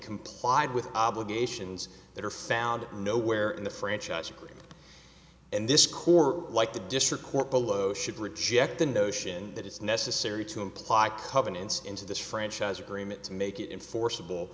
complied with obligations that are found nowhere in the franchise agreement and this court like the district court below should reject the notion that it's necessary to imply covenants into this franchise agreement to make it in forcible